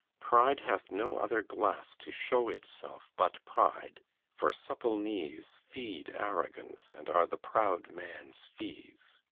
pride hath no other glass to show itself but pride for supple knees feed arrogance and are the proud man's fees.